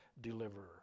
deliverer